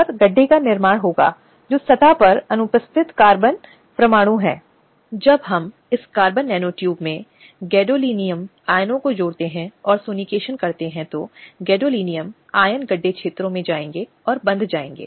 यह देखने के लिए शिकायतकर्ता की जिम्मेदारी है कि उन सभी व्यक्तियों को जिनके बारे में जानकारी है और उनके नाम दिए गए हैं उन्हें बुलाया जाता है